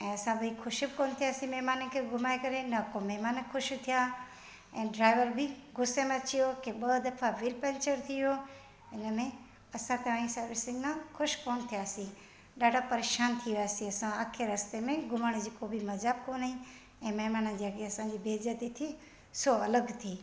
ऐं असां भाई ख़ुशि कोन्ह थियासी महिमाननि खे घुमाइ करे न को महिमानु ख़ुशि थिया ऐं ड्राइवर बि गुस्से में अची वियो की ॿ दफ़ा वील पंचर थी वियो हिनमें असां तव्हां जी सर्विसिंग सां ख़ुशि कोन्ह थियासी ॾाढा परेशानु थी वियासी असां अखे रस्ते में घुमण जी को बि मजा कोन्ह आई ऐं महिमान जे अॻियां पंहिंजी बेज़ती थी सो अलॻि थी